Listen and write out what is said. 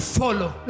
follow